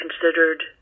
considered